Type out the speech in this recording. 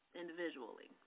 individually